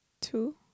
Two